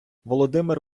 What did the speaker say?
володимир